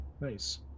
Nice